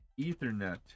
ethernet